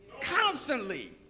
constantly